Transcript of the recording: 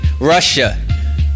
Russia